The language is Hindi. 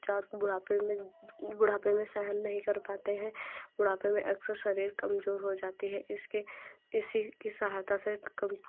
बुढ़ापे में बुढ़ापे में सहन नहीं कर पाते हैं बुढ़ापे में अक्सर शरीर कमजोर हो जाते हैं इसके किसी की सहायता से कभी